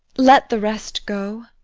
let the rest go.